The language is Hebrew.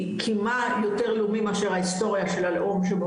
כי מה יותר לאומי מההיסטוריה של הלאום שבו